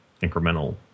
incremental